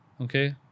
Okay